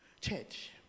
church